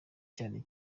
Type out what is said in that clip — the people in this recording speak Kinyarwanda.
cyane